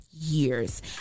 years